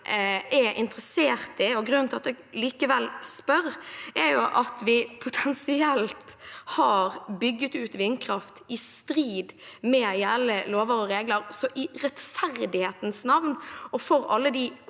grunnen til at jeg likevel spør, er at vi potensielt har bygget ut vindkraft i strid med gjeldende lover og regler. I rettferdighetens navn og for alle de